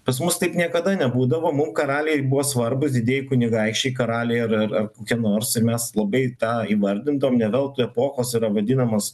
pas mus taip niekada nebūdavo mum karaliai buvo svarbūs didieji kunigaikščiai karaliai ar ar ar kokie nors ir mes labai tą įvardindavom ne veltui epochos yra vadinamos